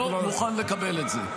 לא מוכן לקבל את זה.